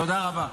תודה רבה.